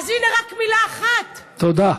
אז הינה, רק מילה אחת, תודה.